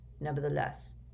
Nevertheless